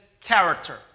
character